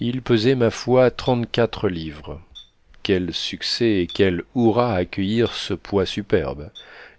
il pesait ma foi trente-quatre livres quel succès et quels hurrahs accueillirent ce poids superbe